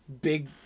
big